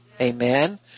Amen